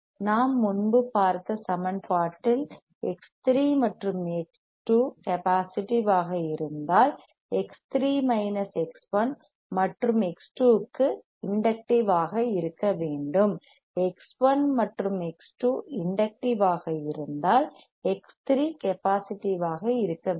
நாம் முன்பு பார்த்த சமன்பாட்டில் X3 மற்றும் X2 கபாஸிடீவ் ஆக இருந்தால் X3 மைனஸ் X1 மற்றும் X2 க்கு இண்டக்ட்டிவ் ஆக இருக்க வேண்டும் X1 மற்றும் X2 இண்டக்ட்டிவ் ஆக இருந்தால் X3 கபாஸிடீவ் ஆக இருக்க வேண்டும்